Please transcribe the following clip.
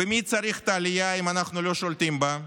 מי צריך את העלייה אם אנחנו לא שולטים בה?